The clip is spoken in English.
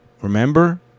remember